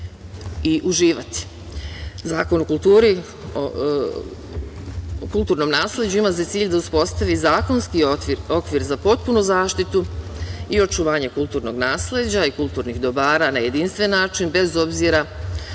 i uživati. Zakon o kulturnom nasleđu ima za cilj da uspostavi zakonski okvir za potpunu zaštitu i očuvanje kulturnog nasleđa i kulturnih dobara na jedinstven način, bez obzira